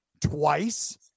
twice